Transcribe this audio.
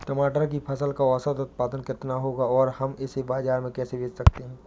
टमाटर की फसल का औसत उत्पादन कितना होगा और हम इसे बाजार में कैसे बेच सकते हैं?